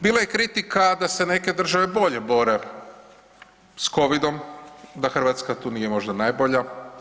Bilo je kritika da se neke države bolje bore sa covidom, da Hrvatska tu nije možda najbolja.